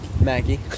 Maggie